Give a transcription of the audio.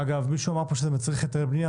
אגב, מישהו אמר שזה מצריך יותר בנייה.